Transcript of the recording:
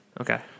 Okay